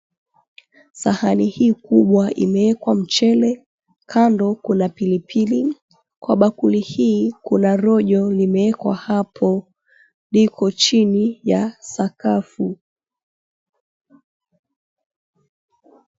Sahani hii kubwa imewekwa mchele kando kuna pilipili. Kwa bakuli hii kuna rojo limewekwa hapo iko chini ya sakafu.